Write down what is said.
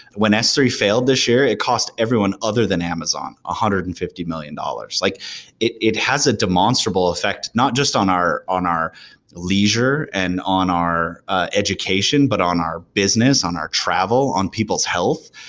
when s three failed this year, it cost everyone other than amazon one ah hundred and fifty million dollars. like it it has a demonstrable effect, not just on our on our leisure and on our education. but on our business, on our travel, on people's health.